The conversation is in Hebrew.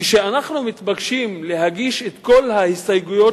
כשאנחנו מתבקשים להגיש את כל ההסתייגויות